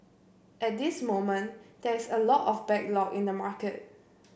at this moment there is a lot of backlog in the market